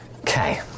Okay